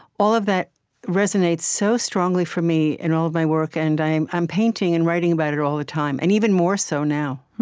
all of that resonates so strongly for me in all of my work, and i'm i'm painting and writing about it all the time and even more so now